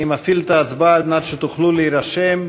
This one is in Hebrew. אני מפעיל את ההצבעה כדי שתוכלו להירשם.